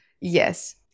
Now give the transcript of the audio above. Yes